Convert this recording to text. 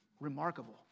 remarkable